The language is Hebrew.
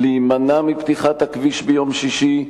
להימנע מפתיחת הכביש ביום שישי,